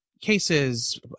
cases